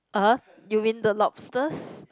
uh you mean the lobsters